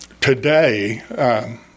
today